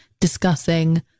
discussing